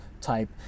type